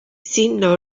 sinna